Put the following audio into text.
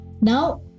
now